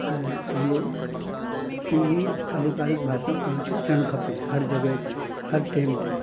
ऐं पंहिंजो सिंधी अधिकारीक भाषा पाण खे अचणु खपे हर जॻह ते हर टेम ते